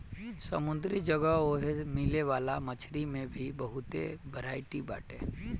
समुंदरी जगह ओए मिले वाला मछरी में भी बहुते बरायटी बाटे